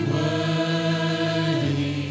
worthy